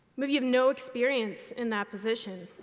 maybe you have no experience in that position,